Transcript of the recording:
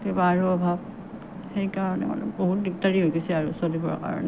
কিবাৰো অভাৱ সেইকাৰণে মানে বহুত দিগদাৰী হৈ গৈছে আৰু চলিবৰ কাৰণে